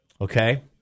Okay